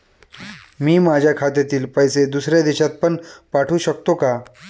मी माझ्या खात्यातील पैसे दुसऱ्या देशात पण पाठवू शकतो का?